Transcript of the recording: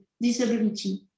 disability